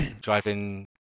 driving